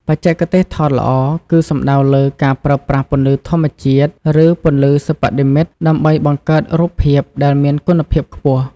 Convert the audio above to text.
បច្ចេកទេសថតល្អ គឺសំដៅលើ ការប្រើប្រាស់ពន្លឺធម្មជាតិឬពន្លឺសិប្បនិមិត្តដើម្បីបង្កើតរូបភាពដែលមានគុណភាពខ្ពស់។